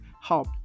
help